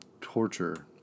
torture